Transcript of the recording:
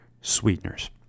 sweeteners